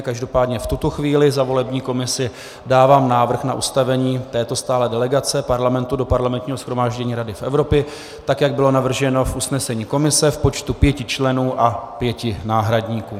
Každopádně v tuto chvíli za volební komisi dávám návrh na ustavení této stálé delegace Parlamentu do Parlamentního shromáždění Rady Evropy, jak bylo navrženo v usnesení komise, v počtu pěti členů a pěti náhradníků.